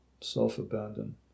Self-abandon